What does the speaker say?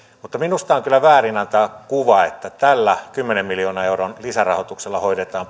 mutta minusta on kyllä väärin antaa kuva että tällä kymmenen miljoonan euron lisärahoituksella hoidetaan